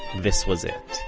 this was it.